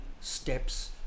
steps